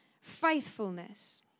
faithfulness